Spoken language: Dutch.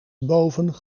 boven